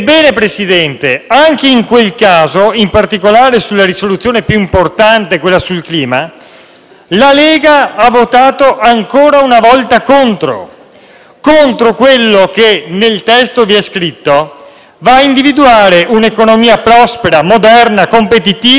la Lega ha votato ancora una volta contro quello che nel testo descritto va ad individuare un'economia prospera, moderna, competitiva e climaticamente neutra in conformità dell'Accordo di Parigi.